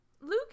Luke